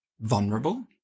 vulnerable